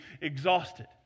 exhausted